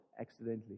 accidentally